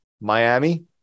Miami